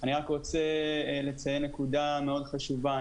אני רק רוצה לציין נקודה מאוד חשובה.